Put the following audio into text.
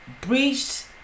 breached